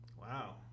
wow